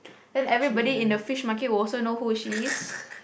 then everybody in the Fish Market will also know who is she is